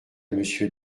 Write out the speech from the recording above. monsieur